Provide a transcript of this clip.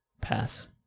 Pass